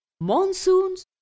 monsoons